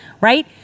right